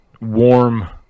warm